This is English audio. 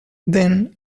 then